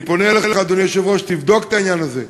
אני פונה אליך אדוני היושב-ראש: תבדוק את העניין הזה,